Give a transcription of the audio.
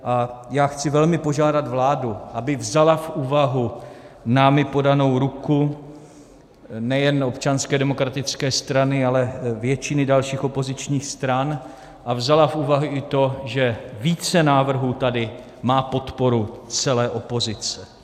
A já chci velmi požádat vládu, aby vzala v úvahu námi podanou ruku, nejen Občanské demokratické strany, ale většiny dalších opozičních stran, a vzala v úvahu i to, že více návrhů tady má podporu celé opozice.